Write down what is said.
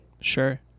Sure